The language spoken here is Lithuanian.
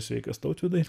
sveikas tautvydai